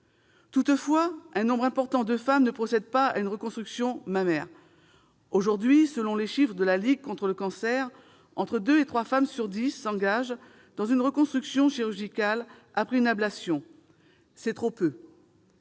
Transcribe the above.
Toutefois, un nombre important de femmes ne procède pas à une reconstruction mammaire. Aujourd'hui, selon les chiffres de la Ligue contre le cancer, entre deux et trois femmes sur dix s'engagent dans une reconstruction chirurgicale après une ablation. C'est trop peu.